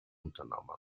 unternommen